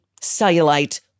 cellulite